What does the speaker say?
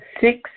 Six